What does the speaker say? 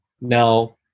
Now